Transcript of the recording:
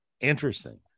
Interesting